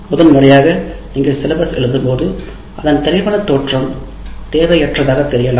முதன்முறையாக நீங்கள் சிலபஸ் பாடத்திட்டத்தை எழுதும்போது அதன் தெளிவான தோற்றம் தேவையற்றதாக தெரியலாம்